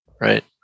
Right